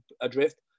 adrift